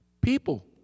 People